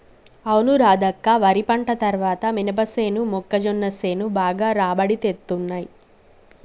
అవును రాధక్క వరి పంట తర్వాత మినపసేను మొక్కజొన్న సేను బాగా రాబడి తేత్తున్నయ్